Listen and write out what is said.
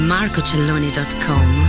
MarcoCelloni.com